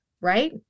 Right